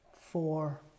four